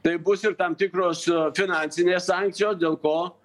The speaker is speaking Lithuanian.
tai bus ir tam tikros finansinės sankcijos dėl ko